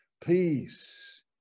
peace